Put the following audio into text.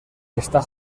está